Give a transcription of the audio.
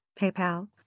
PayPal